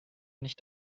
nicht